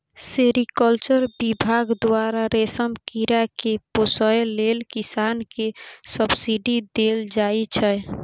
sericulture बिभाग द्वारा रेशम कीरा केँ पोसय लेल किसान केँ सब्सिडी देल जाइ छै